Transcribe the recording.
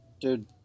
Dude